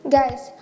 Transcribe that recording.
Guys